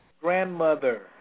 grandmother